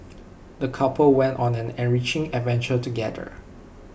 the couple went on an enriching adventure together